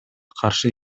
каршы